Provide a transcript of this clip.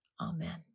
Amen